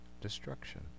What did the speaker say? destruction